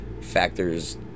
factors